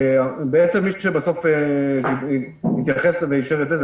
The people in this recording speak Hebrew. בעצם מי שבסוף התייחס ואישר את זה,